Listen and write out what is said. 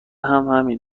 همین